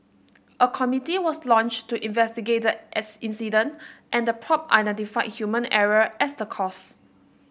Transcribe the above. a committee was launched to investigate the as incident and the identified human error as the cause